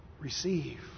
Receive